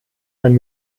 man